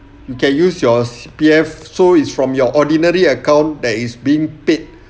you can use your C_P_F so it's from your ordinary account that is being paid